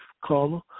caller